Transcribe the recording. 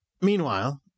meanwhile